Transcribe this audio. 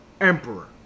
emperor